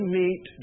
meet